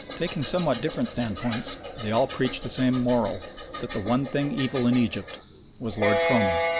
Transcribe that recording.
taking somewhat different standpoints, they all preached the same moral that the one thing evil in egypt was lord cromer.